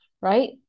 right